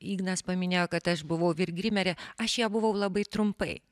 ignas paminėjo kad aš buvau vyr grimerė aš ją buvau labai trumpai